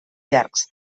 llargs